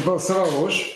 balsavo už